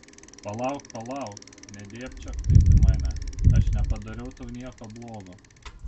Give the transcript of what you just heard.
palauk palauk nedėbčiok taip į mane aš nepadariau tau nieko blogo